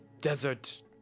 desert